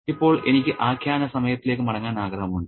ഇപ്പോൾ എനിക്ക് ആഖ്യാനസമയത്തിലേക്ക് മടങ്ങാൻ ആഗ്രഹമുണ്ട്